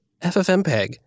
FFmpeg